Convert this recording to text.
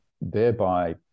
thereby